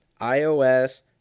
iOS